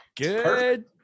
good